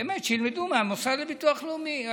באמת, שילמדו מהמוסד לביטוח לאומי.